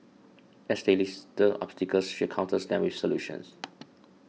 as they list the obstacles she counters them with solutions